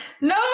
No